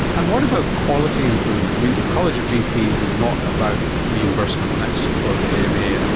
and what about quality improvement? i mean, the college of gps is not about reimbursement. that's for the ama,